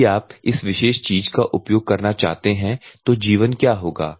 यदि आप इस विशेष चीज का उपयोग करना चाहते हैं तो जीवन क्या होगा